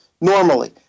normally